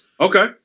Okay